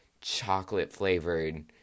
chocolate-flavored